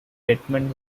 edmund